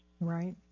Right